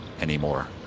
anymore